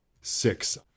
six